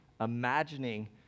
imagining